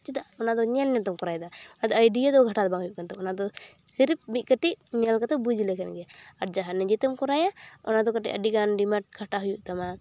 ᱪᱮᱫᱟᱜ ᱚᱱᱟ ᱫᱚ ᱧᱮᱞ ᱧᱮᱞ ᱛᱮᱢ ᱠᱚᱨᱟᱭᱫᱟ ᱟᱫᱚ ᱟᱭᱰᱤᱭᱟ ᱫᱚ ᱠᱷᱟᱴᱟᱣ ᱫᱚ ᱵᱟᱝ ᱦᱩᱭᱩᱜ ᱠᱟᱱ ᱛᱟᱢᱟ ᱚᱱᱟ ᱫᱚ ᱥᱮᱨᱮᱯ ᱢᱤᱫ ᱠᱟᱹᱴᱤᱡ ᱧᱮᱞ ᱠᱟᱛᱮ ᱵᱩᱡᱽ ᱞᱮᱠᱷᱟᱱ ᱜᱮ ᱟᱨ ᱱᱤᱡᱮ ᱛᱮᱢ ᱠᱚᱨᱟᱭᱟ ᱚᱱᱟ ᱫᱚ ᱠᱟᱹᱴᱤᱡ ᱟᱹᱰᱤ ᱜᱟᱱ ᱰᱤᱢᱟᱱᱴ ᱠᱷᱟᱴᱟ ᱦᱩᱭᱩᱜ ᱛᱟᱢᱟ